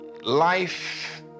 life